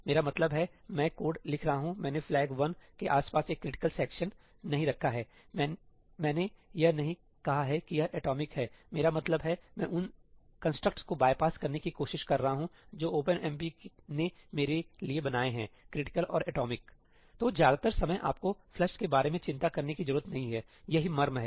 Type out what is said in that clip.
मेरा मतलब है मैं कोड लिख रहा हूं मैंने फ्लैग 1 के आसपास एक क्रिटिकल सेक्शन नहीं रखा है मैंने यह नहीं कहा है कि यह एटॉमिक हैमेरा मतलब है मैं उन कंस्ट्रक्ट्सको बायपास करने की कोशिश कर रहा हूं जो ओपनएमपी ने मेरे लिए बनाए हैं क्रिटिकल और एटॉमिक तो ज्यादातर समय आपको फ्लश के बारे में चिंता करने की ज़रूरत नहीं है यही मर्म है